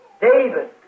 David